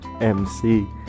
MC